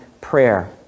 prayer